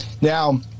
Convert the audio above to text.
Now